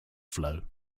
flow